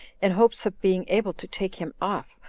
in hopes of being able to take him off,